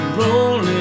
rolling